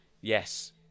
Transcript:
yes